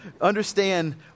Understand